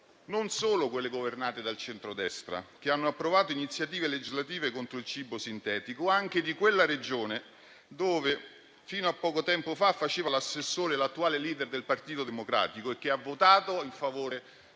non solo quelle governate dal centrodestra - che hanno approvato iniziative legislative contro il cibo sintetico, anche quella Regione in cui fino a poco tempo fa faceva l'assessore l'attuale *leader* del Partito Democratico, che ha votato in favore